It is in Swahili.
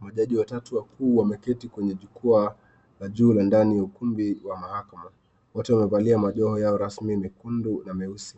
Majaji watatu wakuu wameketi kwenye jukwaa la juu la ndani ya ukumbi wa mahakama. Wote wamevalia majoho yao rasmi mekendu na meusi